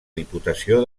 diputació